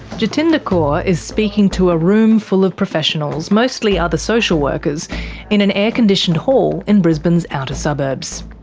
jatinder kaur is speaking to a room full of professionals, mostly other social workers in an air-conditioned hall in brisbane's outer suburbs.